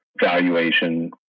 Valuation